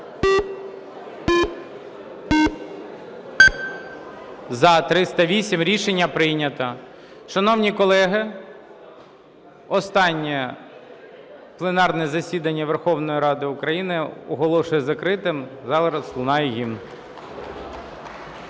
За-308 Рішення прийнято. Шановні колеги, останнє пленарне засідання Верховної Ради України оголошую закритим. Зараз лунає гімн.